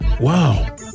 Wow